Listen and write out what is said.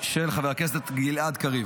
של חבר הכנסת גלעד קריב.